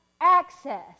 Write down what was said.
access